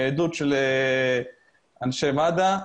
מעדות של אנשי מד"א,